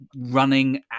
running